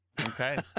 okay